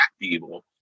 evil